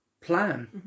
plan